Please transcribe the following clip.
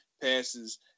passes